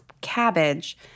cabbage